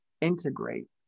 integrate